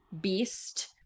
beast